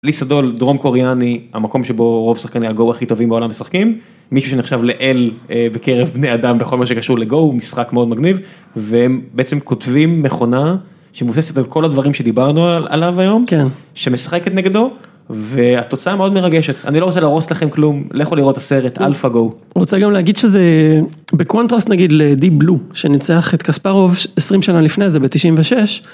ליסה דול דרום קוריאני, המקום שבו רוב שחקנים הגואו הכי טובים בעולם משחקים, מישהו שנחשב, לאל, בקרב בני אדם בכל מה שקשור לגואו, הוא משחק מאוד מגניב והם בעצם כותבים מכונה שמבוססת על כל הדברים שדיברנו עליו היום, כן, שמשחקת נגדו והתוצאה מאוד מרגשת. אני לא רוצה להרוס לכם לכם כלום לכו לראות את הסרט אלפא גואו. רוצה גם להגיד שזה בקוונטרסט נגיד לדיפ בלו, שניצח את קספרוב 20 שנה לפני זה ב96.